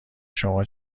شما